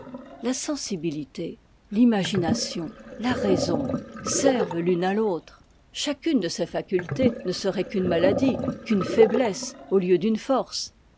la sensibilité l'imagination la raison servent l'une à l'autre chacune de ces facultés ne serait qu'une maladie qu'une faiblesse au lieu d'une force